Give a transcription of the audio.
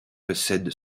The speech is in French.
possède